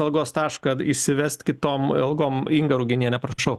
algos tašką įsivest kitom algom inga rugieniene prašau